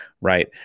right